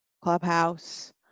Clubhouse